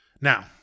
Now